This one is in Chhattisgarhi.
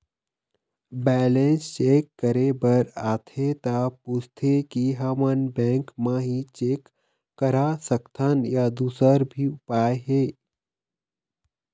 बैलेंस चेक करे बर आथे ता पूछथें की हमन बैंक मा ही चेक करा सकथन या दुसर भी उपाय हे?